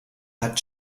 hat